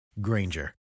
Granger